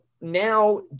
now